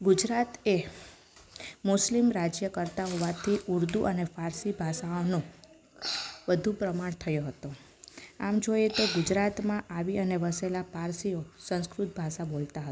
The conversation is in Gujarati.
ગુજરાત એ મુસ્લિમ રાજય કરતા હોવાથી ઉર્દૂ અને પારસી ભાષાઓનો વધુ પ્રમાણ થયો હતો આમ જોઈએ તો ગુજરાતમાં આવી અને વસેલા પારસીઓ સંસ્કૃત ભાષા બોલતા હતા